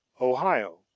Ohio